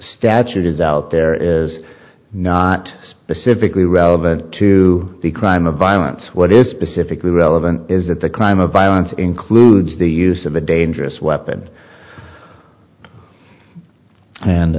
statute is out there is not specifically relevant to the crime of violence what is specifically relevant is that the crime of violence includes the use of a dangerous weapon